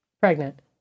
pregnant